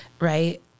right